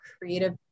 creative